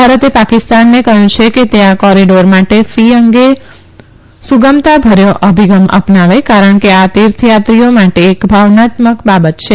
ભારતે પાકિસ્તાનને કહયું છે કે તે આ કોરીડોર માટે ફી અંગે સુઘમતાભર્યો અભિગમ અપનાવે કારણ કે આ તીર્થયાત્રીઓ માટે એક ભાવનાત્મક બાબત છે